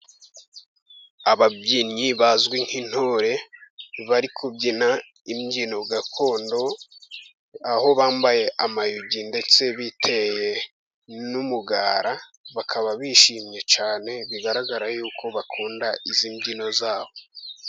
Ababyinnyi bazwi nk'intore, bari kubyina imbyino gakondo, aho bambaye amayugi ndetse biteye n'umugara, bakaba bishimye cyane, bigaragara yuko bakunda izi mbyino zabo.